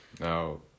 no